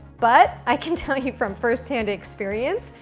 but i can tell you from firsthand experience,